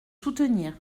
soutenir